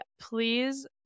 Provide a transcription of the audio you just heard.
please